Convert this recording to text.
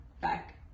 back